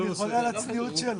זאת המציאות,